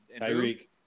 Tyreek